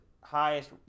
highest